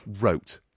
Wrote